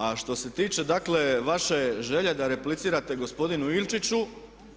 A što se tiče dakle vaše želje da replicirate gospodinu Ilčiću